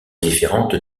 différente